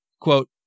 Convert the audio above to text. quote